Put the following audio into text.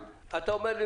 אתה אומר לי